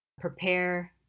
prepare